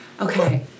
Okay